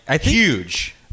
huge